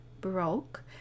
broke